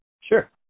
Sure